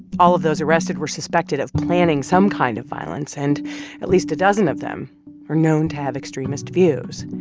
all of those arrested were suspected of planning some kind of violence, and at least a dozen of them were known to have extremist views.